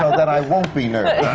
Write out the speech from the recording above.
that i won't be